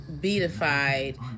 beatified